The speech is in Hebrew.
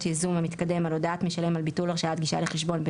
ייזום מתקדם על הודעת המשלם על ביטול הרשאת הגישה לחשבון,